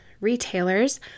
Retailers